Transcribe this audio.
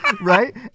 Right